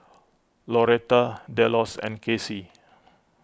Loretta Delos and Kacey